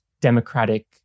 democratic